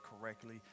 correctly